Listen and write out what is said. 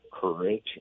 courage